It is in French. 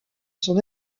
son